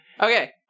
Okay